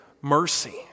mercy